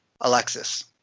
Alexis